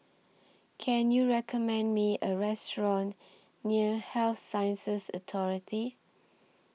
Can YOU recommend Me A Restaurant near Health Sciences Authority